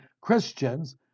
Christians